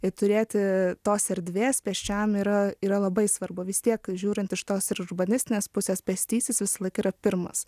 ir turėti tos erdvės pėsčiajam yra yra labai svarbu vis tiek žiūrint iš tos ir urbanistinės pusės pėstysis visąlaik yra pirmas